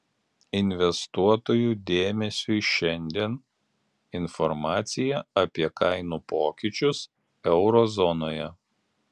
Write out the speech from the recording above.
investuotojų dėmesiui šiandien informacija apie kainų pokyčius euro zonoje